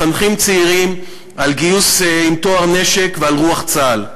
מחנכים צעירים על גיוס עם טוהר נשק ועל רוח צה"ל.